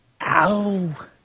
ow